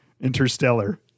Interstellar